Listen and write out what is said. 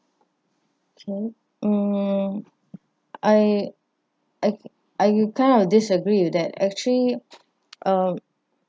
okay hmm I I I kind of disagree with that actually uh